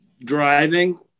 driving